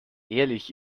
ehrlich